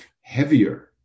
heavier